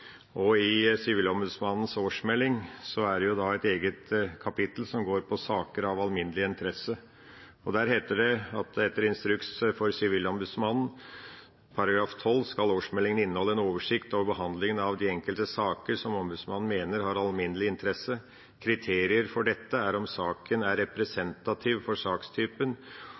I Sivilombudsmannens årsmelding er det et eget kapittel som gjelder saker av alminnelig interesse. Der heter det: «Etter instruks for Sivilombudsmannen § 12 skal årsmeldingen inneholde en oversikt over behandlingen av de enkelte saker som ombudsmannen mener har alminnelig interesse. Kriterier for dette er om saken er representativ for sakstypen,